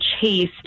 chased